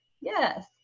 Yes